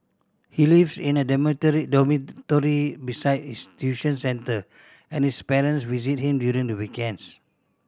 he lives in a dormitory beside his tuition centre and his parents visit him during the weekends